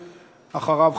אחריו,